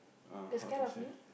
you're scared of me